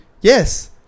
yes